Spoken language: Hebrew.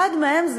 אחד מהם,